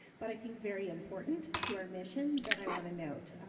but i think very important to our mission that i wanna note.